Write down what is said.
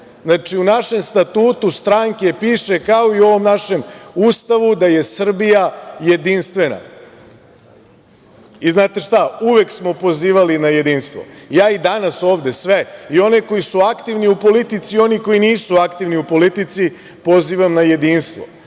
Znači, u našem Statutu stranke piše, kao i u ovom našem Ustavu da je Srbija jedinstvena.I znate šta, uvek smo pozivali na jedinstvo. Ja i danas ovde, sve i one koji su aktivni u politici i oni koji nisu aktivni u politici, pozivam na jedinstvo.